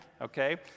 okay